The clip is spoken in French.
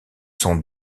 sont